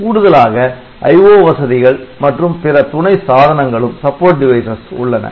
கூடுதலாக IO வசதிகள் மற்றும் பிற துணை சாதனங்களும் உள்ளன